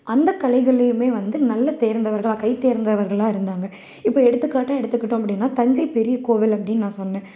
அந்த கலைகள்லேயுமே வந்து நல்ல தேர்ந்தவர்களாக கைதேர்ந்தவர்களாக இருந்தாங்க இப்போ எடுத்துக்காட்டாக எடுத்துக்கிட்டோம் அப்படினா தஞ்சை பெரியகோவில் அப்டின்னு நான் சொன்னேன்